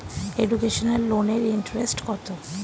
Educational লোনের interest কত?